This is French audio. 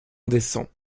indécent